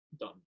done